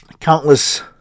countless